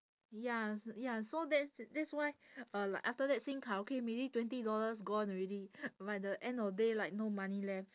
ya s~ ya so that's that's why uh like after that sing karaoke maybe twenty dollars gone already by the end of day like no money left